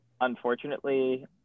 unfortunately